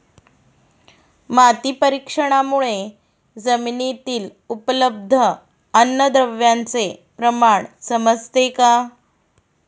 माती परीक्षणामुळे जमिनीतील उपलब्ध अन्नद्रव्यांचे प्रमाण समजते का?